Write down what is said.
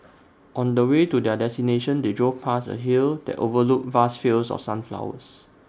on the way to their destination they drove past A hill that overlooked vast fields of sunflowers